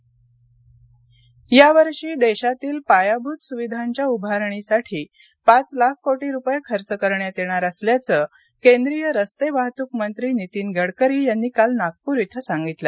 गडकरी यावर्षी देशातील पायाभूत सुविधांच्या उभारणीसाठी पाच लाख कोटी रुपये खर्च करण्यात येणार असल्याचं केंद्रीय रस्ते वाहतूक मंत्री नितीन गडकरी यांनी काल नागपूर इथं सांगितलं